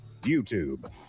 YouTube